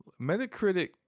Metacritic